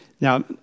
Now